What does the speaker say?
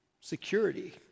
security